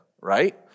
right